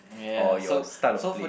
or your style of play